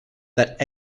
that